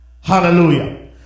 Hallelujah